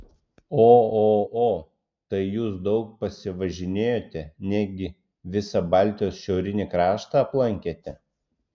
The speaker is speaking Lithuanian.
o o o tai jūs daug pasivažinėjote negi visą baltijos šiaurinį kraštą aplankėte